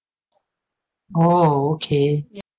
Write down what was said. oh okay